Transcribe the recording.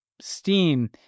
steam